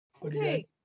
Okay